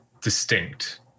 distinct